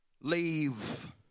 leave